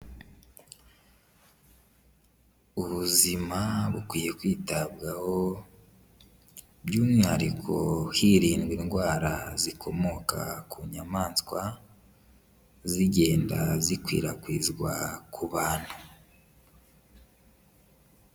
Ubuzima bukwiye kwitabwaho, by'umwihariko hirindwa indwara zikomoka ku nyamaswa zigenda zikwirakwizwa ku bantu.